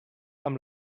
amb